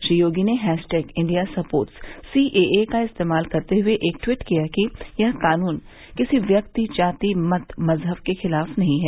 श्री योगी ने hashtag India supports C A A का इस्तेमाल करते हुए ट्वीट किया कि यह कानून किसी व्यक्ति जाति मत मजहब के खिलाफ नहीं है